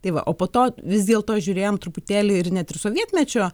tai va o po to vis dėlto žiūrėjom truputėlį ir net ir sovietmečio